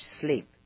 sleep